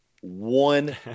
one